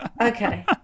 okay